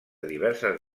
diverses